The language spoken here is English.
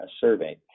survey